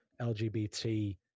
LGBT